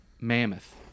Mammoth